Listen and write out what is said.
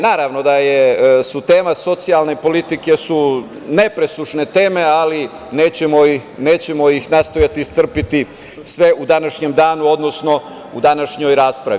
Naravno da su teme socijalne politike nepresušne teme, ali nećemo ih nastojati iscrpeti sve u današnjem danu, odnosno u današnjoj raspravi.